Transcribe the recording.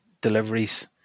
deliveries